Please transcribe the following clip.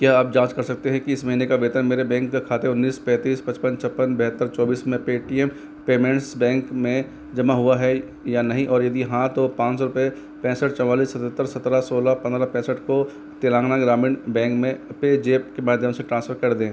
क्या आप जाँच कर सकते हैं कि इस महीने का वेतन मेरे बैंक खाते उन्नीस पैंतीस पचपन छप्पन बहत्तर चौबीस में पेटीयम पेमेंट्स बैंक में जमा हुआ है या नहीं और यदि हाँ तो पाँच सौ रुपये पैंसठ चौंतालीस सतहत्तर सतरह सोलह पंद्रह पैंसठ को तेलंगाना ग्रामीण बैंक में पेजेप के माध्यम से ट्रांसफर कर दें